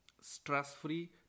stress-free